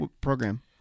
program